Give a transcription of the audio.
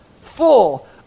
full